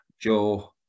Joe